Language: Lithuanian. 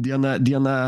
diena diena